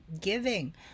giving